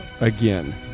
Again